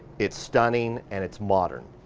it's stunning, and it's modern.